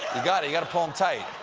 gotta, you gotta pull them tight.